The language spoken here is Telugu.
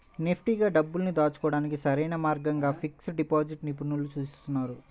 సేఫ్టీగా డబ్బుల్ని దాచుకోడానికి సరైన మార్గంగా ఫిక్స్డ్ డిపాజిట్ ని నిపుణులు సూచిస్తున్నారు